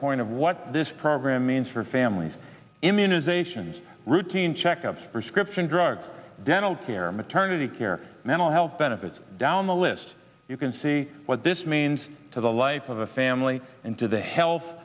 point of what this program means for families immunizations routine checkups prescription drugs dental care maternity care mental health benefits down the list you can see what this means to the life of the family and to the health